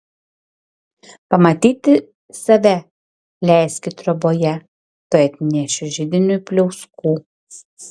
pamatyti save leiski troboje tuoj atnešiu židiniui pliauskų